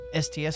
STS